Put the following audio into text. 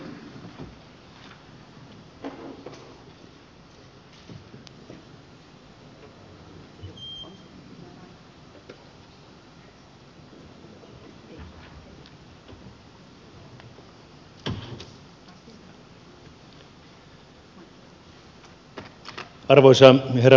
arvoisa herra puhemies